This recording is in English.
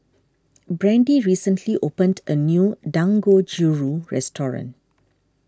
Brandee recently opened a new Dangojiru restaurant